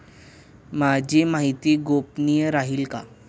माझी माहिती गोपनीय राहील का?